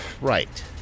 Right